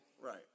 Right